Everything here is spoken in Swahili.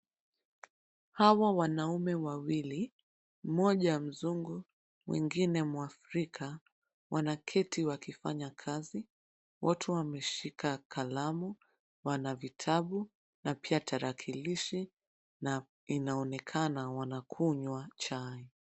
Hawa wanaume wawili, mmoja Mzungu mwingine Mwafrika. Wanaketi wakifanya kazi. Wote wameshika kalamu, wana vitabu, na pia tarakilishi. Na inaonekana wanakunywa chai.